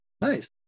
Nice